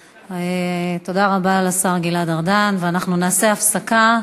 רעב, ולהגן גם על החיים שלהם,